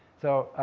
so,